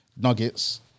Nuggets